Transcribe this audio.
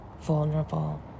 vulnerable